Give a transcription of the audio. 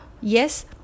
yes